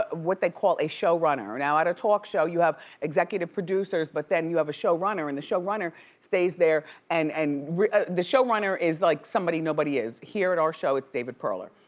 what they call a show runner. at a talk show you have executive producers but then you have a show runner, and the show runner stays there and and the show runner is like somebody nobody is. here at our show it's david perler.